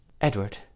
Edward